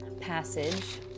passage